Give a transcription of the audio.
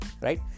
Right